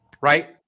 right